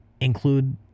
include